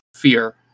fear